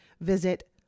Visit